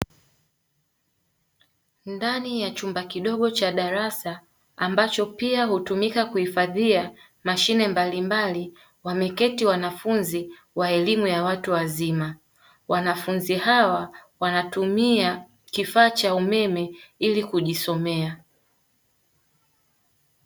Ndani ya chumba kidogo cha darasa ambacho pia hutumika kuhifadhia mashine mbalimbali, wameketi wanafunzi wa elimu ya watu wazima. Wanafunzi hawa wanatumia kifaa cha umeme ili kujisomea.